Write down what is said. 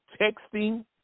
texting